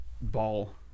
ball